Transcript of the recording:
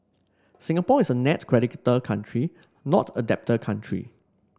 Singapore is a net creditor country not a debtor country